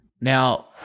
Now